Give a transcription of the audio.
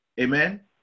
Amen